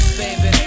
baby